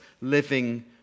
living